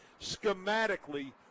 schematically